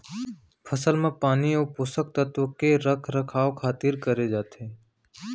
फसल म पानी अउ पोसक तत्व के रख रखाव खातिर करे जाथे